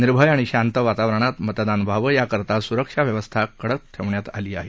निर्भय आणि शांत वातावरणात मतदान व्हावं याकरता सुरक्षा व्यवस्था कडक ठेवण्यात आली आहे